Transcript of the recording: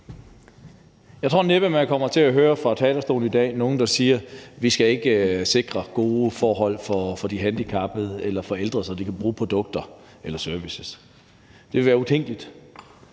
Jeg tror næppe, man kommer til at høre nogen sige fra talerstolen i dag, at vi ikke skal sikre gode forhold for de handicappede eller for ældre, så de kan bruge visse produkter eller servicer. Det ville være utænkeligt,